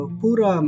pura